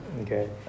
Okay